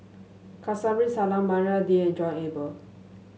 Kamsari Salam Maria Dyer and John Eber